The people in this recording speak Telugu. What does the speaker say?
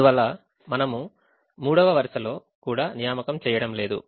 అందువల్ల మనము 3వ వరుసలో కూడా నియామకం చేయడం లేదు